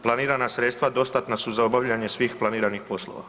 Planirana sredstva dostatna su za obavljanje svih planiranih poslova.